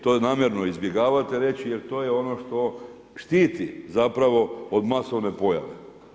To namjerno izbjegavate reći, jer to je ono što štititi zapravo od masovne pojave.